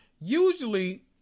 usually